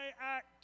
act